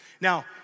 Now